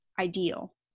ideal